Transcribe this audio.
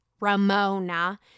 Ramona